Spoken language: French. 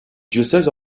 diocèse